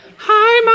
hi, um ah